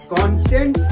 Content